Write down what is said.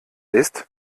ist